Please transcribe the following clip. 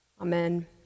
Amen